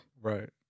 Right